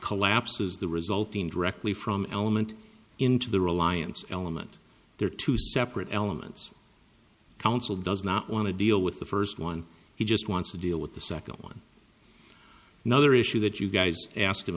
collapses the resulting directly from element into the reliance element there are two separate elements council does not want to deal with the first one he just wants to deal with the second one another issue that you guys ask